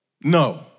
No